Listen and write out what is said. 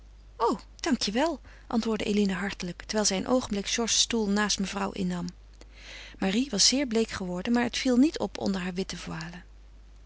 je wel antwoordde eline hartelijk terwijl zij een oogenblik georges stoel naast mevrouw innam marie was zeer bleek geworden maar het viel niet op onder haar witte